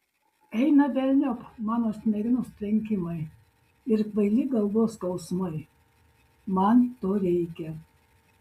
eina velniop mano smegenų sutrenkimai ir kvaili galvos skausmai man to reikia